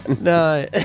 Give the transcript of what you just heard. No